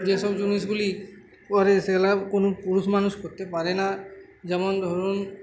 যেসব জিনিসগুলি করে সেগুলো কোনো পুরুষ মানুষ করতে পারে না যেমন ধরুন